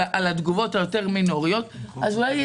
התגובות היותר מינוריות אז אולי תהיה